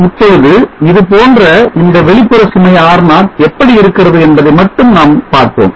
இப்பொழுது இதுபோன்ற இந்த வெளிப்புற சுமை R0 எப்படி இருக்கிறது என்பதை மட்டும் நாம் பார்ப்போம்